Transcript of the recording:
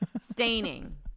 Staining